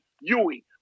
Yui